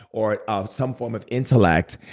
or ah some form of intellect,